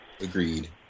Agreed